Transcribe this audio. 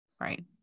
Right